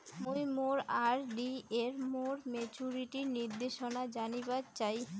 মুই মোর আর.ডি এর মোর মেচুরিটির নির্দেশনা জানিবার চাই